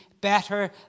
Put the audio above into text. better